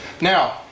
now